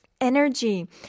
energy